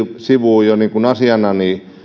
sivua jo asiana